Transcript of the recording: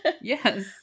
Yes